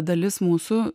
dalis mūsų